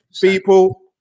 people